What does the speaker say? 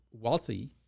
wealthy